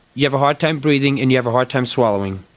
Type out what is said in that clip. you have a hard time breathing and you have a hard time swallowing.